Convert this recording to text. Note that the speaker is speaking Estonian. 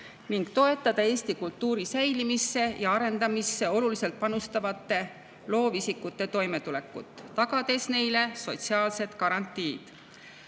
ning toetada eesti kultuuri säilimisse ja arendamisse oluliselt panustavate loovisikute toimetulekut, tagades neile sotsiaalsed garantiid.